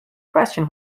question